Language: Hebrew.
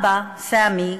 אבא סאמי,